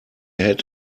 had